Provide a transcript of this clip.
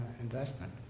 investment